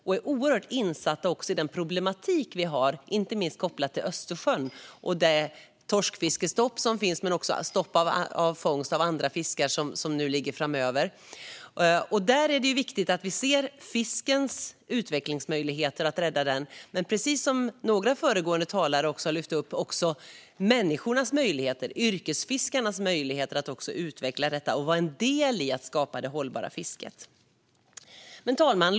De är oerhört insatta i de problem som finns kopplade inte minst till Östersjön och stoppet av torskfisket och stoppet av fångst av andra fiskar framöver. Det är viktigt att vi ser utvecklingsmöjligheterna för att rädda fisket, men precis som några tidigare talare har lyft upp handlar det också om yrkesfiskarnas möjligheter att utvecklas och vara en del i att skapa det hållbara fisket. Fru talman!